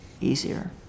easier